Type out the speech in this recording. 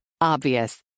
Obvious